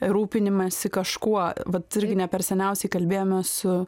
rūpinimesi kažkuo vat irgi ne per seniausiai kalbėjome su